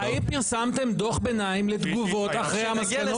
האם פרסמתם דוח ביניים לתגובות אחרי המסקנות,